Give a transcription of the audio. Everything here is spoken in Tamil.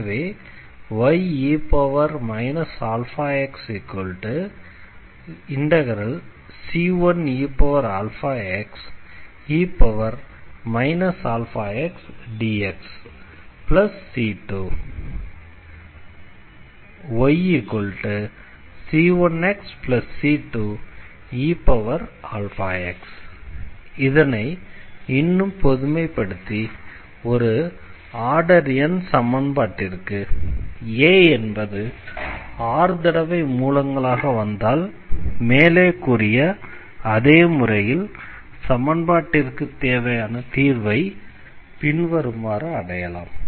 எனவே ye αx∫c1eαxe αxdxc2 yc1xc2eαx இதனை இன்னும் பொதுமை படுத்தி ஒரு ஆர்டர் n சமன்பாட்டிற்கு என்பது r தடவை மூலங்களாக வந்தால் மேலே கூறிய அதே முறையில் சமன்பாட்டிற்கு தேவையான தீர்வை பின்வருமாறு அடையலாம்